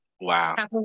Wow